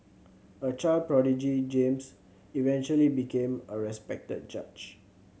a child prodigy James eventually became a respected judge